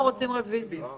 אלי, אנחנו רוצים רביזיה.